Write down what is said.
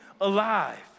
alive